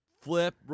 flip